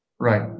Right